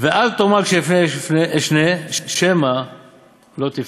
ואל תאמר לכשאפנה אשנה, שמא לא תפנה.